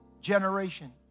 generation